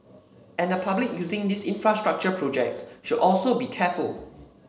and the public using these infrastructure projects should also be careful